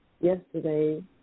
yesterday